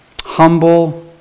Humble